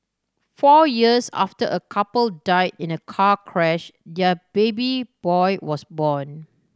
four years after a couple died in a car crash their baby boy was born